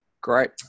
Great